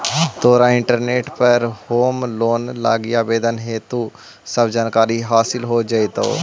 तोरा इंटरनेट पर home loan लागी आवेदन हेतु सब जानकारी हासिल हो जाएतो